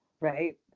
right